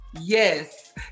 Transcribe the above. yes